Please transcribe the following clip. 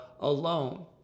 alone